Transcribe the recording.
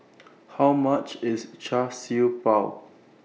How much IS Char Siew Bao